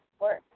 work